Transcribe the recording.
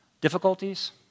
difficulties